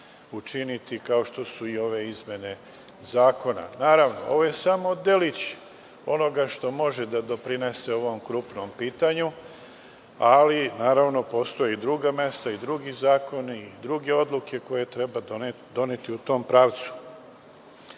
učiniti kao što su i ove izmene zakona. Naravno, ovo je samo delić onoga što može da doprinese ovom krupnom pitanju, ali naravno postoje i druga mesta i drugi zakoni i druge odluke koje treba doneti u tom pravcu. Dalje,